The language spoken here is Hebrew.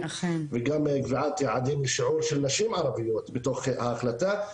וגם קביעת יעדים בשיעור של נשים ערביות בתוך ההחלטה.